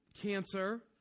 cancer